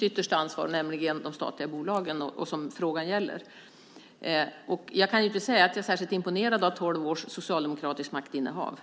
ytterst ansvarig för de statliga bolagen, och frågan gäller ju dem. Jag kan inte säga att jag är särskilt imponerad av tolv års socialdemokratiskt maktinnehav.